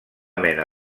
mena